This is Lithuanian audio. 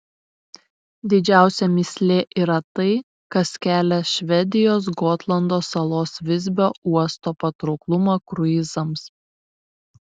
didžiausia mįslė yra tai kas kelia švedijos gotlando salos visbio uosto patrauklumą kruizams